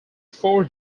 four